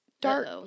Dark